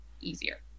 easier